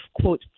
quote